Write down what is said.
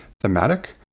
thematic